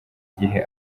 gihe